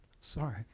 Sorry